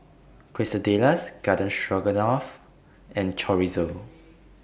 Quesadillas Garden Stroganoff and Chorizo